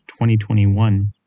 2021